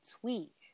tweet